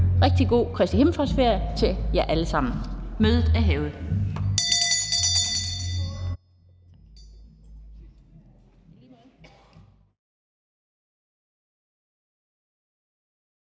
Rigtig god Kristi himmelfartsferie til jer alle sammen! Mødet er hævet.